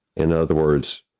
in other words,